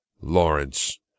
lawrence